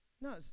No